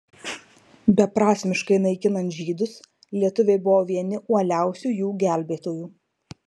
beprasmiškai naikinant žydus lietuviai buvo vieni uoliausių jų gelbėtojų